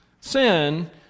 sin